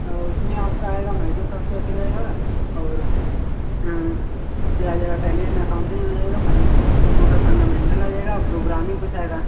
उसमें आपका आएगा माइक्रोसॉफ्ट और फिर आ जाएगा टैली एण्ड अकाउंटेंट आ जाएगा फन कॉम्पुटर फंडामेंटल आ जाएगा प्रोग्रामिंग कुछ आ जाएगा